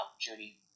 Judy